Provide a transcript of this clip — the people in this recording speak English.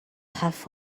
have